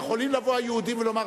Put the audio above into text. יכולים לבוא היהודים ולומר,